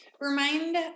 remind